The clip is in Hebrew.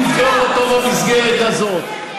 לבדוק אותו במסגרת הזאת.